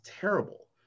terrible